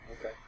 Okay